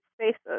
spaces